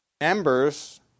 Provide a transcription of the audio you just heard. members